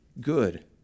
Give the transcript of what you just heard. good